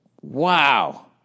Wow